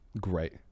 great